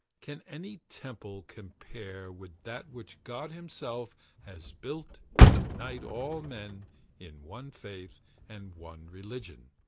can any temple compare with that which god himself has built to unite all men in one faith and one religion?